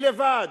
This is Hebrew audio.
היא לבד.